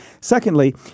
Secondly